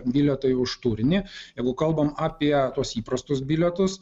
bilietai už turinį jeigu kalbam apie tuos įprastus bilietus